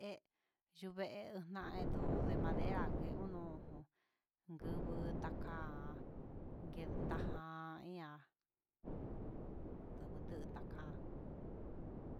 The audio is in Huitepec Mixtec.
He yunguen duu de madera ngue uun ndugu ndaka nguen najan iin ña'a ndukundu ndaka'á.